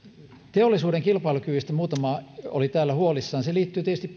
teollisuuden kilpailukyvystä muutama oli täällä huolissaan se liittyy tietysti